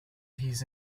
his